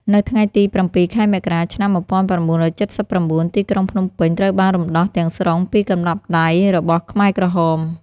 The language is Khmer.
នៅថ្ងៃទី ៧ ខែមករា ឆ្នាំ ១៩៧៩ ទីក្រុងភ្នំពេញត្រូវបានរំដោះទាំងស្រុងពីកណ្ដាប់ដៃរបស់ខ្មែរក្រហម។